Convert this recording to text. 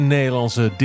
Nederlandse